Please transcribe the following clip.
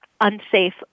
unsafe